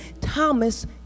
Thomas